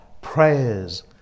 prayers